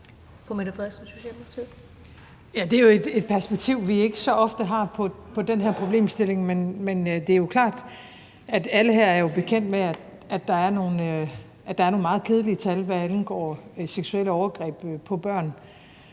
Det er jo et perspektiv, vi ikke så ofte har på den her på den her problemstilling, men det er klart, at alle her jo er bekendt med, at der er nogle meget kedelige tal, hvad angår seksuelle overgreb på børn,